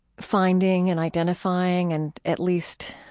finding and identifying and at least